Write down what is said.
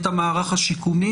את המערך השיקומי,